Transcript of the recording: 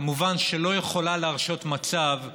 כמובן שלא יכולה להרשות מצב,